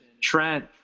Trent